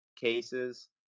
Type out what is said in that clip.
cases